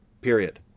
period